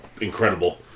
incredible